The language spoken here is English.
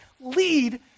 lead